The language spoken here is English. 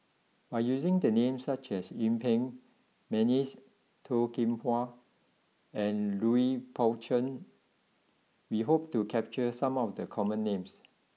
by using names such as Yuen Peng McNeice Toh Kim Hwa and Lui Pao Chuen we hope to capture some of the common names